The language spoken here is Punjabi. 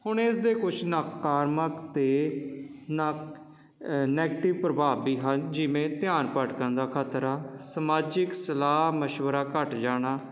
ਹੁਣ ਇਸ ਦੇ ਕੁਛ ਨਾਕਾਰਤਮਕ ਅਤੇ ਨਾ ਨੈਗਟਿਵ ਪ੍ਰਭਾਵ ਵੀ ਹਨ ਜਿਵੇਂ ਧਿਆਨ ਪਾਠ ਕਰਨ ਦਾ ਖਤਰਾ ਸਮਾਜਿਕ ਸਲਾਹ ਮਸ਼ਵਰਾ ਘੱਟ ਜਾਣਾ